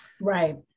Right